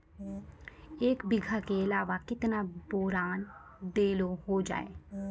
एक बीघा के अलावा केतना बोरान देलो हो जाए?